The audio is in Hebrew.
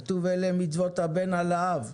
כאלה אלה מצוות הבן על האב,